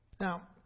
Now